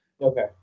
Okay